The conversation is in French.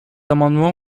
amendement